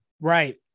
right